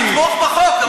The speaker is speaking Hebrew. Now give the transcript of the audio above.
תתמוך בחוק.